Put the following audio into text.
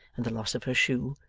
and the loss of her shoe,